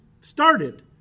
started